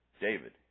David